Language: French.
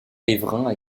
riverains